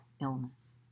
illness